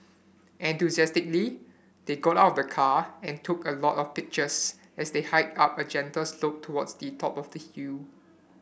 enthusiastically they got out of the car and took a lot of pictures as they hiked up a gentle slope towards the top of the hill